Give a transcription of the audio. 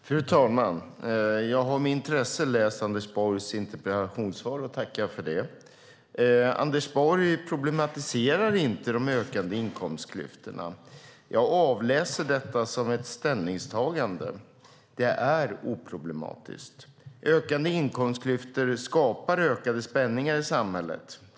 Fru talman! Jag har med intresse läst Anders Borgs interpellationssvar och tackar för det. Anders Borg problematiserar inte de ökade inkomstklyftorna. Jag avläser detta som ett ställningstagande. Det är oproblematiskt. Ökande inkomstklyftor skapar ökade spänningar i samhället.